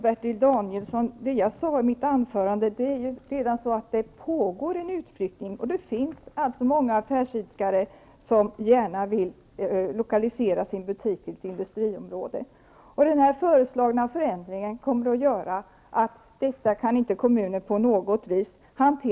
Fru talman! Som jag sade i mitt anförande pågår det en utflyttning. Det är många affärsidkare som gärna vill lokalisera sina butiker till ett industriområde. Det föreslagna förändringen medför att kommunen inte kan hantera detta på annat än ett sätt.